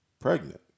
pregnant